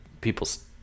people's